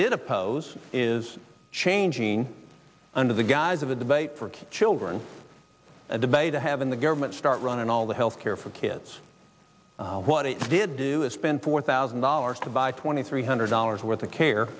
did oppose is changing under the guise of a debate for children a debate to having the government start running all the health care for kids what it did do is spend four thousand dollars to buy twenty three hundred dollars worth of care